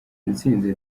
mutsinzi